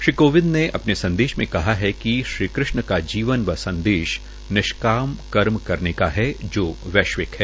श्री कोविंद ने अपने संदेश में कहा है कि श्रीकृष्ण का जीवन व संदेश निस्काम करने का है जो वैश्विक है